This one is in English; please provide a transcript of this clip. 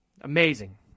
Amazing